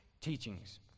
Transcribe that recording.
teachings